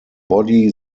body